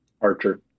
archer